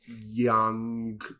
young